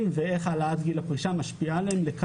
ואיך העלאת גיל הפרישה משפיעה עליהן.